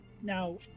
Now